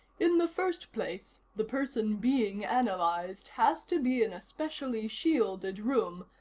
in the first place, the person being analyzed has to be in a specially shielded room,